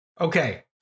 Okay